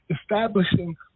establishing